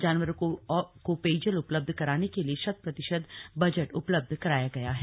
जानवरों को पेयजल उपलब्ध कराने के लिए शत प्रतिशत बजट उपलब्ध कराया गया है